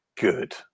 good